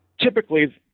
Typically